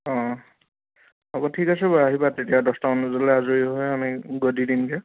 অঁ হ'ব ঠিক আছে বাৰু আহিবা তেতিয়া দচটামান বজালৈ আজৰি হৈ আমি গৈ দি দিমগৈ